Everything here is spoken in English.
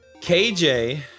KJ